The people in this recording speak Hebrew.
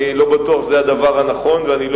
אני לא בטוח שזה הדבר הנכון ואני לא